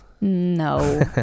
No